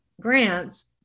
grants